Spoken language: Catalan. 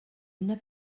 una